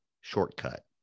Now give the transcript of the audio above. shortcut